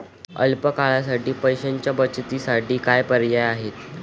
अल्प काळासाठी पैशाच्या बचतीसाठी काय पर्याय आहेत?